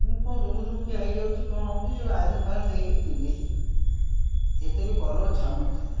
ମୁଁ କ'ଣ room room କିଆ ହେଇଯାଉଛି କ'ଣ ହେଉଛି ଆଇରନ୍ ଫାଇରନ୍ ଦେଇ କରି ପିନ୍ଧିଲି ଏତେ ବି କଲର୍ ଛାଡ଼ିନଥିଲା